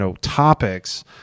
topics